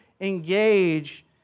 engage